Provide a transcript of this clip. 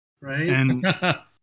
Right